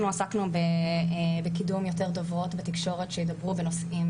אנחנו עסקנו בקידום בתופעות שידברו בנושאים